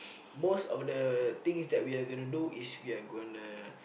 most of the things that we are going to do which we are gonna